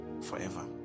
forever